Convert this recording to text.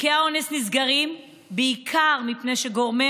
תיקי האונס נסגרים בעיקר מפני שגורמי